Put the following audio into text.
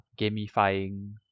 gamifying